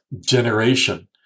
generation